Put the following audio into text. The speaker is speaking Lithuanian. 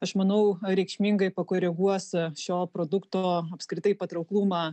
aš manau reikšmingai pakoreguos šio produkto apskritai patrauklumą